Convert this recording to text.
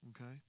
okay